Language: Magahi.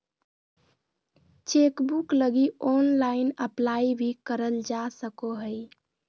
चेकबुक लगी ऑनलाइन अप्लाई भी करल जा सको हइ